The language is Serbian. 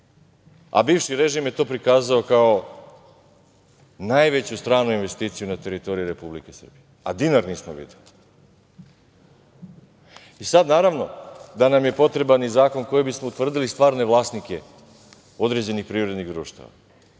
a bivši režim je to prikazao kao najveću stranu investiciju na teritoriji Republike Srbije, a dinar nismo videli. Naravno da nam je potreban i zakon kojim bismo utvrdili stvarne vlasnike određenih privrednih društava,